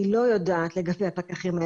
אני לא יודעת לגבי הפקחים האלה.